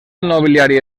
nobiliari